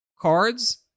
cards